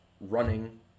running